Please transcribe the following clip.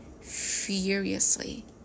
furiously